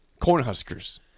Cornhuskers